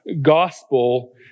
gospel